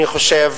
אני חושב